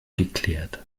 geklärt